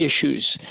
issues